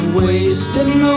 wasting